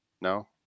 No